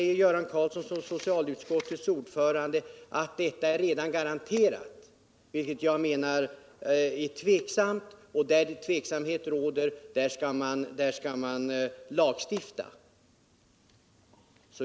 Göran Karlsson, socialutskottets ordförande, säger att detta redan är garanterat, men jag menar att det är tveksamt. Där tveksamhet råder skall man lagstifta.